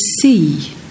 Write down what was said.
see